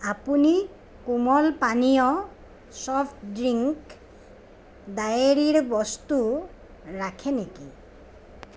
আপুনি কোমল পানীয় ছফ্ট ড্ৰিংক ডাইৰীৰ বস্তু ৰাখে নেকি